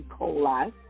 coli